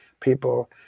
people